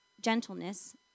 gentleness